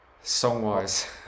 song-wise